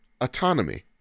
autonomy